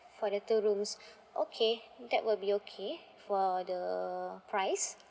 for the two rooms okay that will be okay for the price